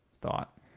thought